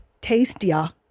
tastier